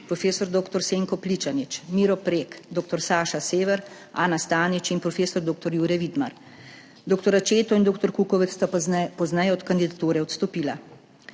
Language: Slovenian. prof. dr. Senko Pličanič, Miro Prek, dr. Saša Sever, Ana Stanič in prof. dr. Jure Vidmar. Dr. Accetto in dr. Kukovec sta pozneje od kandidature odstopila.